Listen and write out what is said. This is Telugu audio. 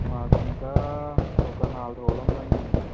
మాకు ఇంకా ఒక నాలుగు రోజులు ఉందండి అంతే